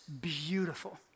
beautiful